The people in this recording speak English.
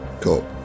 cool